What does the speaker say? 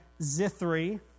Zithri